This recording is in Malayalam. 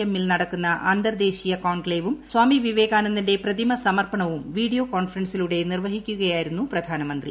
എമിൽ നടക്കുന്ന അന്തർ ദേശീയ കോൺക്ലേവും സ്വാമി വിവേകാനന്ദന്റെ പ്രതിമ സമർപ്പണവും വീഡിയോ കോൺഫ്രൻസിലൂടെ നിർവഹിക്കുകയായിരന്നു പ്രധാനമന്ത്രി